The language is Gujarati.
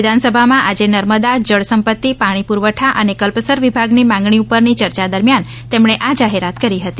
વિધાનસભામાં આજે નર્મદા જળ સંપત્તિ પાણી પુરવઠા અને કલ્પસર વિભાગની માંગણી પરની ચર્ચા દરમિયાન તેમણે આ જાહેરાત કરી હતી